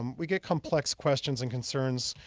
um we get complex questions and concerns.